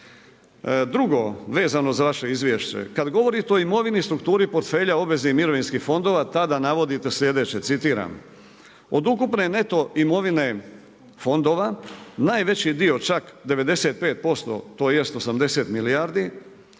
Drugo, vezano za vaše izvješće, kada govorite o imovini, strukturi portfelja obveznih mirovinskih fondova tada navodite sljedeće, citiram: „Od ukupne neto imovine fondova najveći dio čak 95%, tj. 80 milijardi